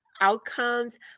outcomes